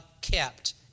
kept